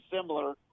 similar